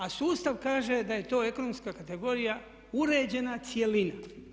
A sustav kaže da je to ekonomska kategorija uređena cjelina.